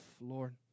Lord